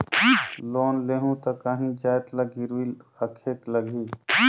Loan लेहूं ता काहीं जाएत ला गिरवी रखेक लगही?